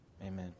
Amen